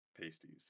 pasties